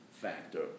factor